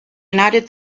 united